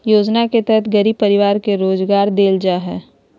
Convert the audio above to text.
योजना के तहत गरीब परिवार के रोजगार देल जा हइ